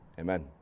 Amen